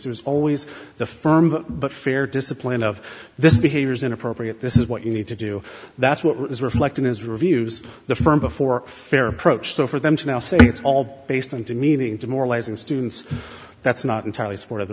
there's always the firm but fair discipline of this behavior is inappropriate this is what you need to do that's what was reflected his reviews the firm before fair approach so for them to now say it's all based on demeaning demoralizing students that's not entirely